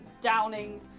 downing